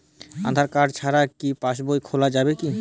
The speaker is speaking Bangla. আধার কার্ড ছাড়া কি পাসবই খোলা যাবে কি?